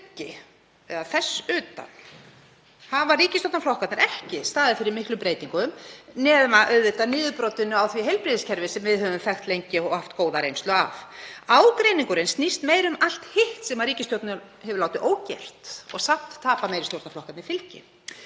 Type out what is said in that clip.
Þess utan hafa ríkisstjórnarflokkarnir ekki staðið fyrir miklum breytingum nema auðvitað niðurbrotinu á því heilbrigðiskerfi sem við höfum þekkt lengi og haft góða reynslu af. Ágreiningurinn snýst meira um allt hitt sem ríkisstjórnin hefur látið ógert en samt tapar meiri hlutinn eða stjórnarflokkarnir fylgi.